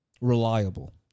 Reliable